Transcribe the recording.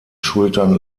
schultern